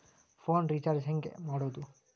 Phone recharge ಹೆಂಗೆ ಮಾಡೋದು?